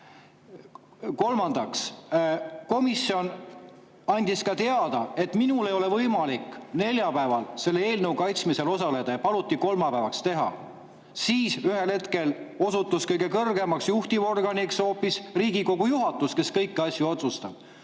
Kolmandaks, komisjon andis teada, et minul ei ole võimalik neljapäeval selle eelnõu kaitsmisel osaleda, ja paluti seda kolmapäeval teha. Siis ühel hetkel osutus kõige kõrgemaks juhtivorganiks hoopis Riigikogu juhatus, kes kõiki asju otsustab.